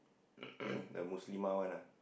the Muslimah one ah